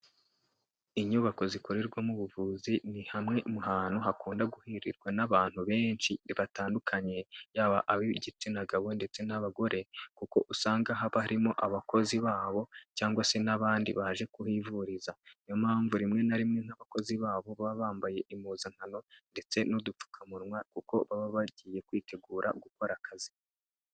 Inyubako zikorerwamo ubuvuzi ni hamwe mu hantu hakunda guhurirwa n'abantu benshi batandukanye yaba igitsina gabo ndetse n'abagore kuko usanga haba harimo abakozi babo cyangwa se n'abandi baje kuhivuriza, niyo mpamvu rimwe na rimwe nk'abakozi babo baba bambaye impuzankano ndetse n'udupfukamunwa kuko baba bagiye kwitegura gukora akazi.